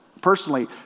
Personally